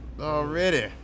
Already